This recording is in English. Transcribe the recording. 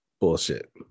bullshit